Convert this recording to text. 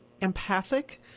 empathic